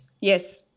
Yes